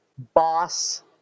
boss